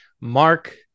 Mark